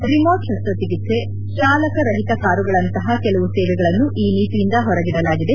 remote ಶಸ್ವಚಿಕಿತ್ತ್ವೆ ಚಾಲಕ ರಹಿತ ಕಾರುಗಳಂತಹ ಕೆಲವು ಸೇವೆಗಳನ್ನು ಈ ನೀತಿಯಿಂದ ಹೊರಗಿಡಲಾಗಿದೆ